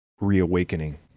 reawakening